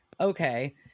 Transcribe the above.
Okay